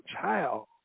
child